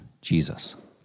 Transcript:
Jesus